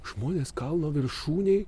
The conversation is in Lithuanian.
žmonės kalno viršūnėj